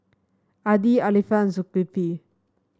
Adi Alfian Zulkifli